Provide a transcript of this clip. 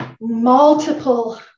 multiple